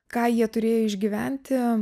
ką jie turėjo išgyventi